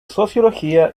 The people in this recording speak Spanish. sociología